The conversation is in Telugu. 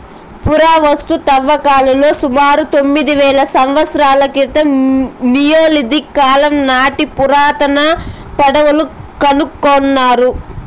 పురావస్తు త్రవ్వకాలలో సుమారు తొమ్మిది వేల సంవత్సరాల క్రితం నియోలిథిక్ కాలం నాటి పురాతన పడవలు కనుకొన్నారు